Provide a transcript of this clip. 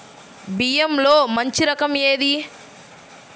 బియ్యంలో మంచి రకం ఏది?